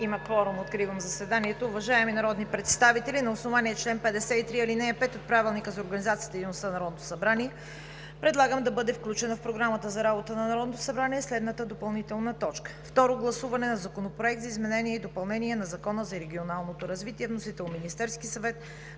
Има кворум. Откривам заседанието. (Звъни.) Уважаеми народни представители, на основание 53, ал. 5 от Правилника за организацията и дейността на Народното събрание предлагам да бъде включена в Програмата за работа на Народното събрание следната допълнителна точка: Второ гласуване на Законопроекта за изменение и допълнение на Закона за регионалното развитие. Вносител е Министерският съвет